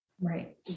Right